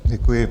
Děkuji.